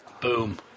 Boom